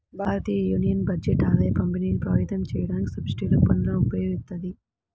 భారతయూనియన్ బడ్జెట్ ఆదాయపంపిణీని ప్రభావితం చేయడానికి సబ్సిడీలు, పన్నులను ఉపయోగిత్తది